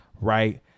right